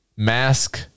Mask